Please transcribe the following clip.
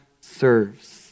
serves